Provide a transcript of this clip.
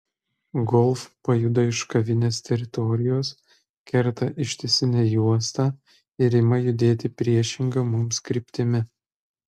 golf pajuda iš kavinės teritorijos kerta ištisinę juostą ir ima judėti priešinga mums kryptimi